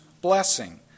blessing